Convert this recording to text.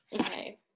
okay